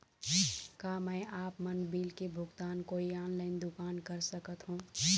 का मैं आपमन बिल के भुगतान कोई ऑनलाइन दुकान कर सकथों?